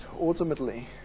ultimately